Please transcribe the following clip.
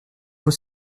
vous